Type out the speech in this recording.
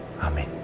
amen